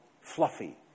fluffy